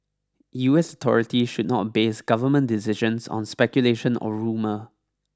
U S authorities should not base government decisions on speculation or rumour